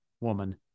woman